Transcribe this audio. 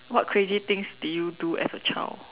what crazy things did you do as a child